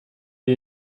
die